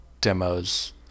demos